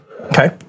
Okay